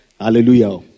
Hallelujah